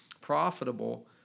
profitable